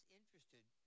interested